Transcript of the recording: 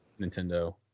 Nintendo